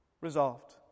resolved